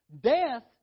Death